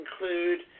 include